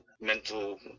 mental